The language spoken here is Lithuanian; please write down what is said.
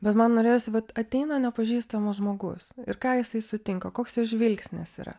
bet man norėjosi vat ateina nepažįstamas žmogus ir ką jisai sutinka koks jo žvilgsnis yra